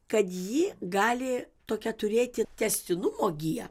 kad ji gali tokią turėti tęstinumo giją